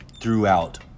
throughout